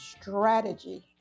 strategy